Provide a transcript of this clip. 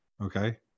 okay